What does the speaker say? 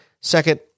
second